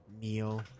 meal